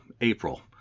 April